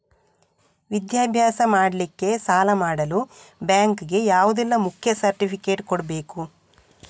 ವಿದ್ಯಾಭ್ಯಾಸ ಮಾಡ್ಲಿಕ್ಕೆ ಸಾಲ ಮಾಡಲು ಬ್ಯಾಂಕ್ ಗೆ ಯಾವುದೆಲ್ಲ ಮುಖ್ಯ ಸರ್ಟಿಫಿಕೇಟ್ ಕೊಡ್ಬೇಕು?